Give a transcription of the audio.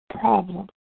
problem